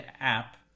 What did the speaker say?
app